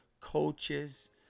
coaches